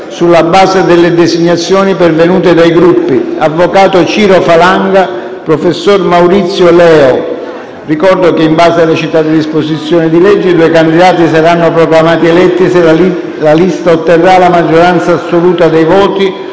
sulla base delle designazioni pervenute dai Gruppi: - avvocato Ciro Falanga - professor Maurizio Leo. Ricordo che, in base alle citate disposizioni di legge, i due candidati saranno proclamati eletti se la lista posta in votazione otterrà la maggioranza assoluta dei voti